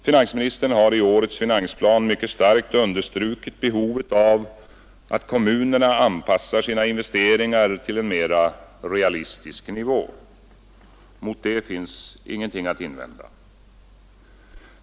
Finansministern har i årets finansplan mycket starkt understrukit behovet av att kommunerna anpassar sina investeringar till en mera realistisk nivå. Mot det finns ingenting att invända.